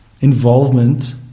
involvement